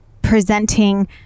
presenting